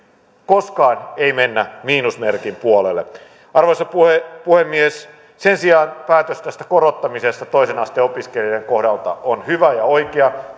koskaan ei mennä miinusmerkin puolelle arvoisa puhemies puhemies sen sijaan päätös tästä korottamisesta toisen asteen opiskelijoiden kohdalta on hyvä ja oikea